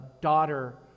daughter